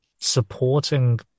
supporting